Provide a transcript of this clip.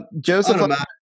Joseph